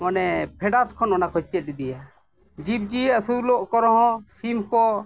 ᱢᱟᱱᱮ ᱯᱷᱮᱰᱟᱛ ᱠᱷᱚᱱ ᱚᱱᱟ ᱠᱚ ᱪᱮᱫ ᱤᱫᱤᱭᱟ ᱡᱤᱵᱽ ᱡᱤᱭᱟᱹᱞᱤ ᱟᱹᱥᱩᱞᱚᱜ ᱠᱚ ᱨᱮᱦᱚᱸ ᱥᱤᱢ ᱠᱚ